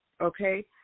okay